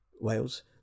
Wales